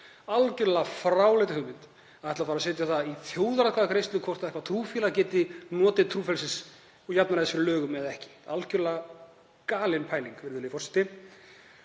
algerlega fráleit hugmynd að ætla að fara að setja það í þjóðaratkvæðagreiðslu hvort eitthvert trúfélag gæti notið trúfrelsis og jafnræðis fyrir lögum eða ekki, algerlega galin pæling, virðulegi forseti.